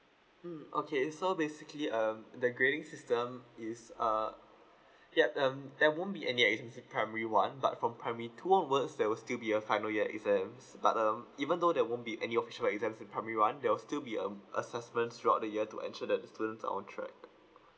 mm okay so basically um the grading system is err yup um there won't be any exam in primary one but from primary two onwards there will still be a final year exams but um even though there won't be any official exams in primary one there will still be um assesment throughout the year to ensure that the students are on track